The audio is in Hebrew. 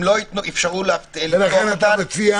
אם לא יאפשרו לפתוח אותם,